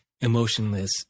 emotionless